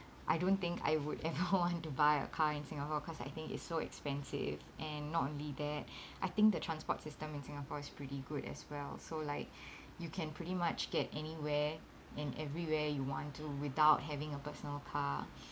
I don't think I would ever want to buy a car in singapore cause I think it's so expensive and not only that I think the transport system in singapore is pretty good as well so like you can pretty much get anywhere and everywhere you want to without having a personal car